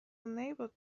unable